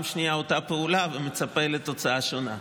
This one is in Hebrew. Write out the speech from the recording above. שנייה אותה פעולה ומצפה לתוצאה שונה?